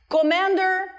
commander